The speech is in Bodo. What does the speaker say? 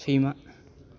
सैमा